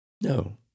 No